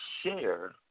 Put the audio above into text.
share